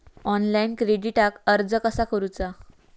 Online क्रेडिटाक अर्ज कसा करुचा?